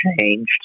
changed